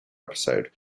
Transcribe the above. episode